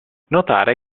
notare